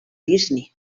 disney